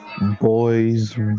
boys